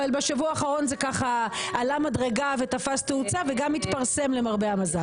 אבל בשבוע האחרון זה ככה עלה מדרגה ותפס תאוצה וגם התפרסם למרבה המזל.